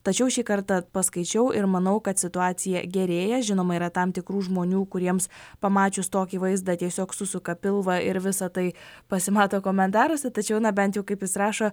tačiau šį kartą paskaičiau ir manau kad situacija gerėja žinoma yra tam tikrų žmonių kuriems pamačius tokį vaizdą tiesiog susuka pilvą ir visa tai pasimato komentaruose tačiau na bent jau kaip jis rašo